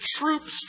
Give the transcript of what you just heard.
troops